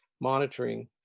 monitoring